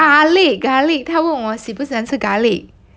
garlic garlic 他问我喜不喜欢吃 garlic